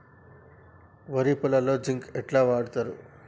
వరి పొలంలో జింక్ ఎట్లా వాడుతరు?